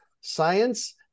Science